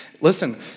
listen